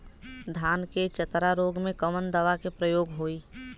धान के चतरा रोग में कवन दवा के प्रयोग होई?